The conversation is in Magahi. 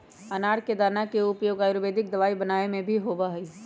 अनार के दाना के उपयोग आयुर्वेदिक दवाई बनावे में भी होबा हई